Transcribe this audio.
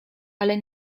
ale